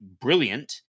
brilliant